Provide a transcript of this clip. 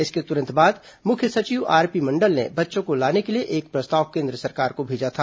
इसके तुरंत बाद मुख्य सचिव आरपी मंडल ने बच्चों को लाने के लिए एक प्रस्ताव केन्द्र सरकार को भेजा था